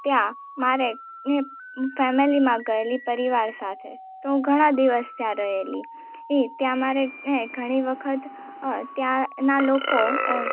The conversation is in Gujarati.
ત્યાં મારે ફેમેલીમાં ગયેલી પરિવાર સાથે તો હું ઘણા દિવસ ત્યાં રહેલી એ ત્યાં મારે ઘણી વખત ત્યાંના લોકો ઑ